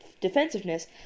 defensiveness